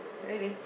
really